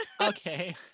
okay